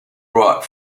brought